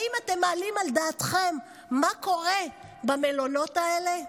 האם אתם מעלים על דעתכם מה קורה במלונות האלה?